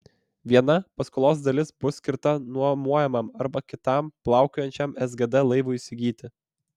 viena paskolos dalis bus skirta nuomojamam arba kitam plaukiojančiam sgd laivui įsigyti